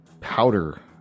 powder